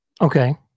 Okay